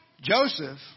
Joseph